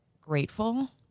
grateful